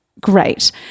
great